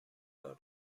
قراره